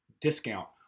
discount